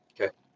Okay